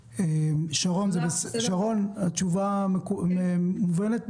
שרון, התשובה מובנת?